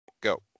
Go